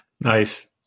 Nice